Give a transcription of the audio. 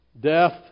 Death